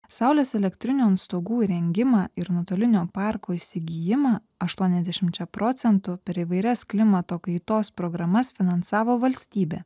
saulės elektrinių ant stogų įrengimą ir nuotolinio parko įsigijimą aštuoniasdešimčia procentų per įvairias klimato kaitos programas finansavo valstybė